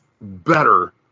better